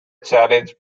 challenge